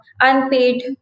unpaid